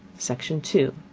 section two.